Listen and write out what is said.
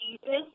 Jesus